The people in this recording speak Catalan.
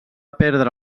perdre